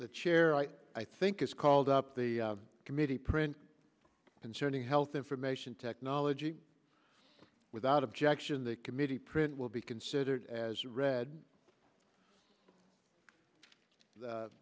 the chair i think is called up the committee print concerning health information technology without objection the committee print will be considered as read